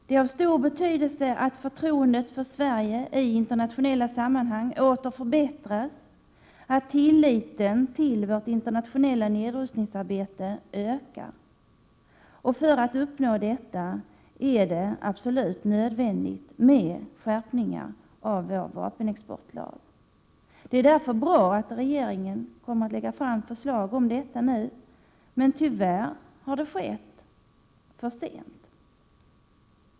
Det är av stor betydelse att förtroendet för Sverige i internationella sammanhang åter förbättras, att tilliten till vårt internationella nedrustningsarbete ökar. För att uppnå detta är det absolut nödvändigt med skärpningar av vår vapenexportlag. Det är därför bra att regeringen nu kommer att lägga fram förslag härom, men tyvärr har det skett för sent.